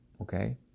okay